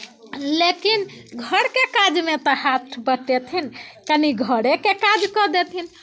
लेकिन घरके काजमे तऽ हाथ बटेथिन कनी घरेके काज कऽ देथिन